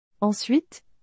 Ensuite